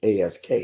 ASK